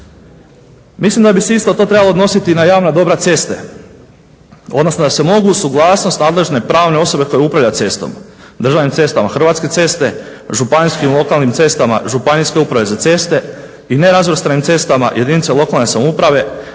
Mislim da bi se isto to trebalo odnositi i na javna dobra ceste, odnosno da se mogu uz suglasnost nadležne pravne osobe koja upravlja cestom državnim cestama – Hrvatske ceste, županijskim i lokalnim cestama – Županijske uprave za ceste i nerazvrstanim cestama – jedinice lokalne samouprave